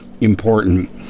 important